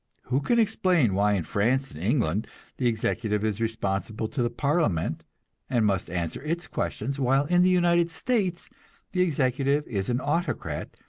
who can explain why in france and england the executive is responsible to the parliament and must answer its questions, while in the united states the executive is an autocrat,